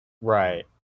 Right